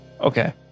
Okay